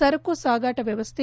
ಸರಕು ಸಾಗಾಟ ವ್ಯವಸ್ಥೆ